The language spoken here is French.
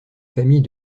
famille